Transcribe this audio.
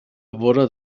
vora